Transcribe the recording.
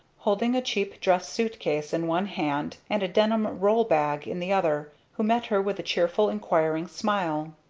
holding a cheap dress-suit case in one hand and a denim roll-bag in the other, who met her with a cheerful inquiring smile.